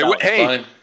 hey